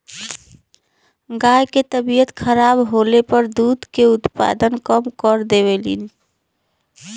गाय के तबियत खराब होले पर दूध के उत्पादन कम कर देवलीन